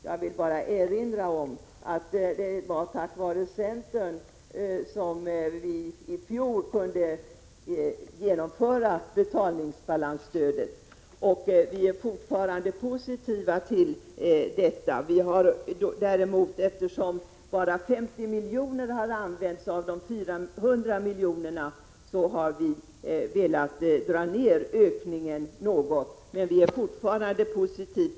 Jag vill bara erinra om att det var tack vare centern som betalningsbalansstödet kunde genomföras i fjol och att vi fortfarande är positiva till detta. Vi har däremot, eftersom bara 50 miljoner av de 400 miljonerna har använts, velat dra ner ökningen något, men vår inställning är fortfarande positiv.